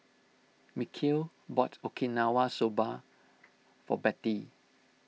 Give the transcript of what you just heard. Mikeal bought Okinawa Soba for Bettye